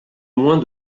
moins